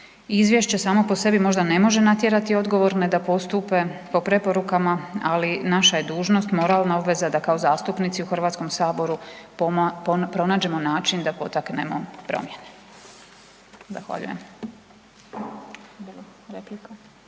Izvješće samo po sebi možda ne može natjerati odgovorne da postupe po preporukama, ali naša je dužnost, moralna obveza da kao zastupnici u Hrvatskom saboru pronađemo način da potaknemo promjene. Zahvaljujem.